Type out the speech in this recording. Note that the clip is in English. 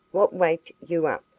what waked you up?